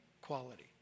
quality